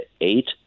eight